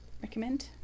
recommend